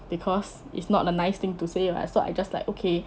because it's not a nice thing to say [what] so I just like okay